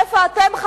איפה אתם,